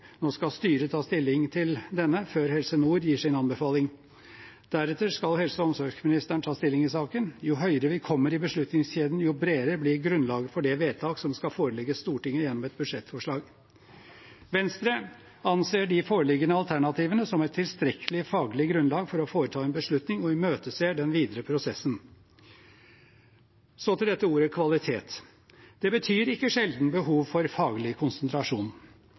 Nå skal styret ta stilling til den før Helse Nord gir sin anbefaling. Deretter skal helse- og omsorgsministeren ta stilling i saken. Jo høyere vi kommer i beslutningskjeden, jo bredere blir grunnlaget for det vedtak som skal forelegges Stortinget gjennom et budsjettforslag. Venstre anser de foreliggende alternativene som et tilstrekkelig faglig grunnlag for å foreta en beslutning og imøteser den videre prosessen. Så til ordet «kvalitet», som ikke sjelden betyr behov for faglig konsentrasjon.